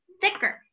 thicker